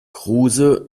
kruse